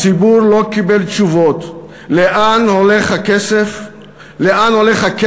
הציבור לא קיבל תשובות לאן הולך הכסף שלו,